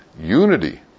Unity